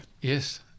Yes